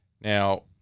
Now